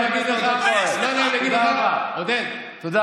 תודה רבה, חבר הכנסת עודד פורר.